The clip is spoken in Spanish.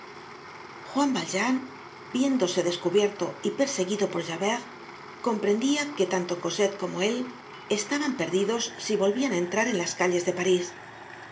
juan valjean viéndose descubierto y perseguido por javert com prendia que tanto cosette como él estaban perdidos si volvian á entrar en las calles de parís